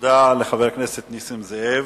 תודה לחבר הכנסת נסים זאב.